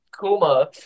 Kuma